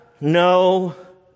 no